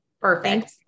Perfect